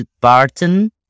Barton